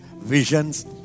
visions